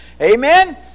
Amen